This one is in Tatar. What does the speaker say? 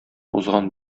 узган